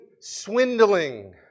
swindling